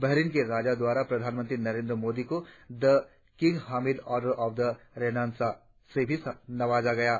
Bahrain के राजा द्वारा प्रधानमंत्री नरेंद्र मोदी को the King Hamad Order of the Renaissance से भी नवाजा गया है